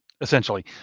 essentially